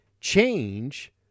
change